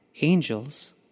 angels